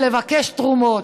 ולבקש תרומות.